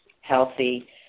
healthy